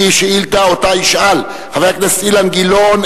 שהיא שאילתא שישאל חבר הכנסת אילן גילאון